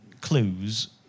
clues